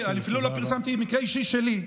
אני אפילו לא פרסמתי מקרה אישי שלי,